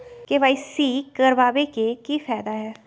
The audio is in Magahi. के.वाई.सी करवाबे के कि फायदा है?